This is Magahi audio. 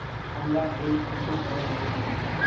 हमरा ऋण कुंसम करे लेमु?